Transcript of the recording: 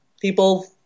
people